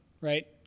right